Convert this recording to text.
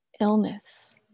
illness